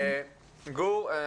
בוקר טוב גור.